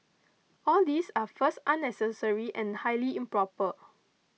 all these are first unnecessary and highly improper